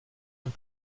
ein